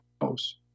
house